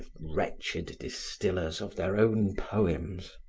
wretched distillers of their own poems.